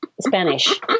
Spanish